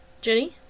Jenny